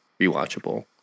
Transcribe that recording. rewatchable